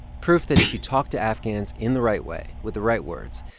proof that if you talk to afghans in the right way with the right words,